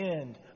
end